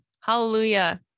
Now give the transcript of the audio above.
Hallelujah